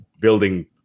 building